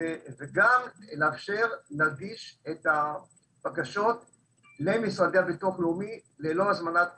וגם לאפשר להנגיש את הבקשות למשרדי הביטוח הלאומי ללא הזמנת תור.